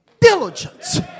diligence